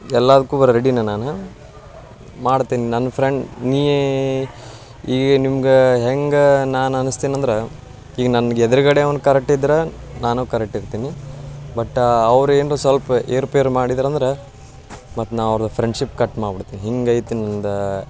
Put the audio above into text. ಎಲ್ಲಾದ್ಕು ರೆಡಿನೇ ನಾನು ಮಾಡ್ತೀನಿ ನನ್ನ ಫ್ರೆಂಡ್ ನೀ ಈಗ ನಿಮ್ಗೆ ಹೆಂಗೆ ನಾನು ಅನ್ನಿಸ್ತೇನ್ ಅಂದ್ರೆ ಈಗ ನನ್ಗೆ ಎದ್ರಗಡೆವ್ನು ಕರೆಕ್ಟ್ ಇದ್ರೆ ನಾನು ಕರೆಕ್ಟ್ ಇರ್ತೀನಿ ಬಟ್ ಅವ್ರು ಏನ್ರ ಸ್ವಲ್ಪ ಏರುಪೇರು ಮಾಡಿದ್ರಂದ್ರೆ ಮತ್ತೆ ನಾನು ಅವ್ರ್ದು ಫ್ರೆಂಡ್ಶಿಪ್ ಕಟ್ ಮಾಡ್ಬಿಡ್ತೀನ್ ಹಿಂಗೈತಿ ನಂದು